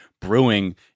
brewing